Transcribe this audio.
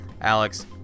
Alex